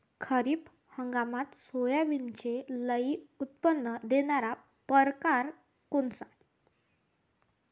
खरीप हंगामात सोयाबीनचे लई उत्पन्न देणारा परकार कोनचा?